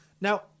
Now